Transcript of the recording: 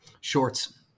Shorts